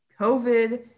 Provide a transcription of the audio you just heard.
COVID